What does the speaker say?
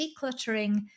decluttering